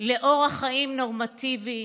לאורח חיים נורמטיבי.